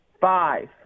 five